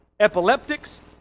epileptics